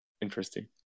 interesting